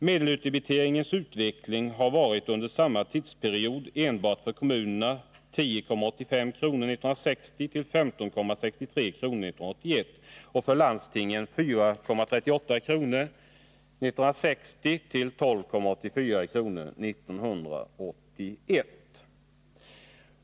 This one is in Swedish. Medelutdebiteringens utveckling har varit under samma tidsperiod enbart för kommunerna 10:85 kr. 1960 till 15:63 kr. 1981 och för landstingen 4:38 kr. 1960 till 12:84 kr. 1981.